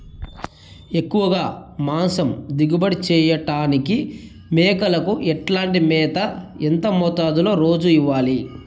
ఎక్కువగా మాంసం దిగుబడి చేయటానికి మేకలకు ఎట్లాంటి మేత, ఎంత మోతాదులో రోజు ఇవ్వాలి?